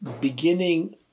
beginning